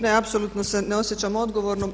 Ne, apsolutno se ne osjećam odgovornom.